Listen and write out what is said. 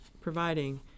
providing